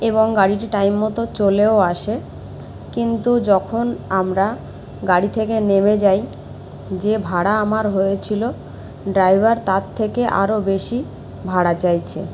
এবং গাড়িটি টাইম মতো চলেও আসে কিন্তু যখন আমরা গাড়ি থেকে নেমে যাই যে ভাড়া আমার হয়েছিলো ড্রাইভার তার থেকে আরো বেশি ভাড়া চাইছে